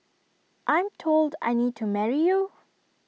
I'm told I need to marry you